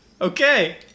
okay